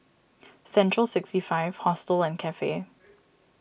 Central sixty five Hostel and Cafe